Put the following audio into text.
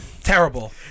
Terrible